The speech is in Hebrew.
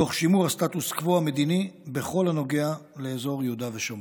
תוך שימור הסטטוס קוו המדיני בכל הנוגע לאזור יהודה ושומרון.